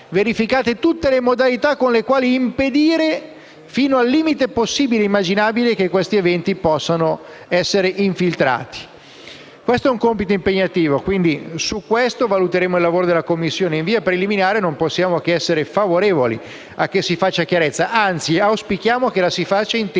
verificate tutte le modalità con cui impedire, fino al limite massimo che sia possibile immaginare, che questi eventi possano essere infiltrati. Si tratta di un compito impegnativo e su questo valuteremo il lavoro della Commissione. In via preliminare non possiamo che essere favorevoli a che si faccia chiarezza e, anzi, auspichiamo che la si faccia in termine